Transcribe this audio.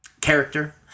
character